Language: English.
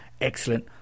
excellent